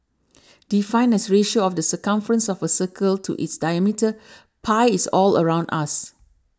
defined as ratio of the circumference of a circle to its diameter pi is all around us